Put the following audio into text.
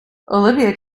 olivia